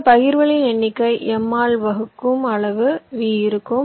எனவே பகிர்வுகளின் எண்ணிக்கை m ஆல் வகுக்கும் அளவு V இருக்கும்